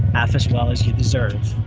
half as well as you deserve.